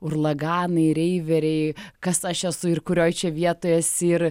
urlaganai reiveriai kas aš esu ir kurioj čia vietoje esi ir